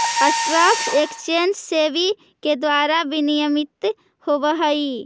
stock exchange SEBI के द्वारा विनियमित होवऽ हइ